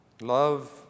Love